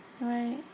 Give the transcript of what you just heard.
Right